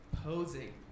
posing